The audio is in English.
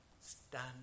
stand